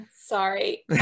Sorry